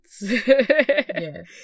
Yes